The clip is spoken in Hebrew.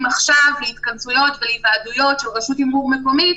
עכשיו להתכנסויות ולהתוועדויות של רשות תימרור מקומית,